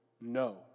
no